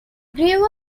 grew